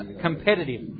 competitive